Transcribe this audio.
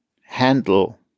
handle